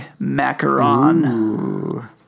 macaron